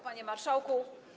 Panie Marszałku!